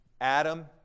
Adam